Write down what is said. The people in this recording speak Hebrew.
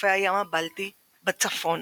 מחופי הים הבלטי בצפון